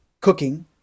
cooking